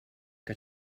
que